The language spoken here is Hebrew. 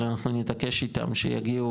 אבל אני אתעקש איתם שיגיעו,